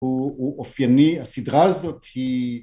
ואופייני הסדרה הזאת היא...